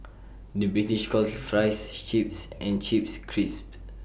the British calls Fries Chips and Chips Crisps